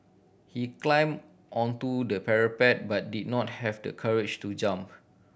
he climbed onto the parapet but did not have the courage to jump